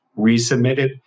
resubmitted